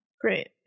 Great